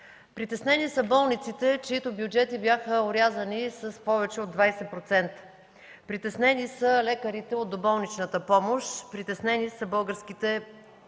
Притеснени са болниците, чиито бюджети бяха орязани с повече от 20%. Притеснени са лекарите от доболничната помощ. Притеснени са българските